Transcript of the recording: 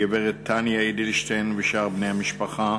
הגברת טניה אדלשטיין ושאר בני המשפחה,